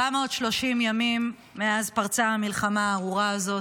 430 ימים מאז שפרצה המלחמה הארורה הזאת.